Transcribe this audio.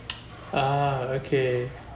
ah okay